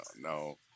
no